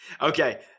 okay